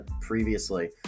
previously